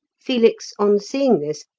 felix, on seeing this,